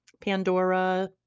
Pandora